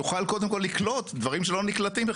יוכל קודם כל לקלוט דברים שלא נקלטים בכלל.